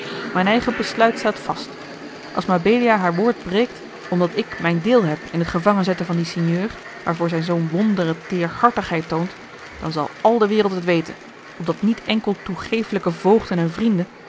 mijn eigen besluit staat vast als mabelia haar woord breekt omdat ik mijn deel heb in t gevangen zetten van dien sinjeur waarvoor zij zoo'n wondre teêrhartigheid toont dan zal àl de wereld het weten opdat niet enkel toegefelijke voogden en vrienden